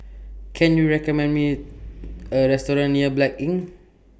Can YOU recommend Me A Restaurant near Blanc Inn